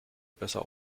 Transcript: besser